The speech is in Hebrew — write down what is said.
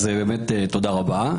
תודה רבה.